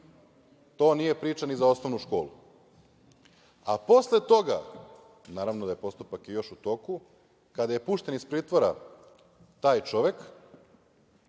To nije priča ni za osnovnu školu. A posle toga, naravno da je postupak još u toku, kada je pušten iz pritvora, sa sve